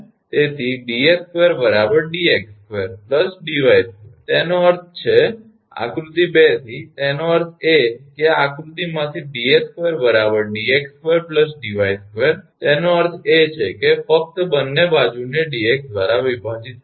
તેથી 𝑑𝑠2 𝑑𝑥2 𝑑𝑦2 તેનો અર્થ છે આકૃતિ 2 થી તેનો અર્થ એ કે આ આકૃતિમાંથી 𝑑𝑠2 𝑑𝑥2 𝑑𝑦2 તેનો અર્થ એ છે કે ફક્ત બંને બાજુને 𝑑𝑥 દ્વારા વિભાજીત કરો